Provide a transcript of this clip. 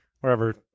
wherever